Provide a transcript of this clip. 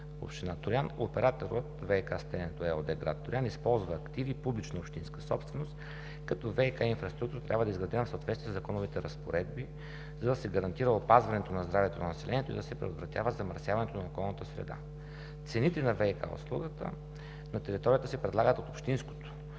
община Троян операторът ВиК „Стенето“ ЕООД – град Троян, използва активи – публична общинска собственост, като ВиК инфраструктурата трябва да е изградена в съответствие със законовите разпоредби, за да се гарантира опазване здравето на населението и да се предотвратява замърсяването на околната среда. Цените на ВиК услугата на територията се предлагат от общинското